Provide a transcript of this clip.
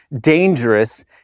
dangerous